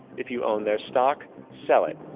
if you own their stock, sell it.